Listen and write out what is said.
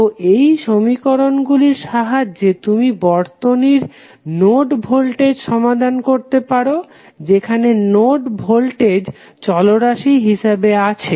তো এই সমীকরণগুলির সাহায্যে তুমি বর্তিনীর নোড ভোল্টেজ সমাধান করতে পারো যেখানে নোড ভোল্টেজ চলরাশি হিসাবে আছে